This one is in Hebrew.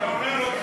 אני אומר עוד.